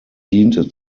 diente